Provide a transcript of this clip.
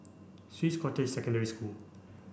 Swiss Cottage Secondary School